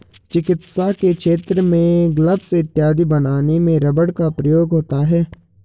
चिकित्सा के क्षेत्र में ग्लब्स इत्यादि बनाने में रबर का प्रयोग होता है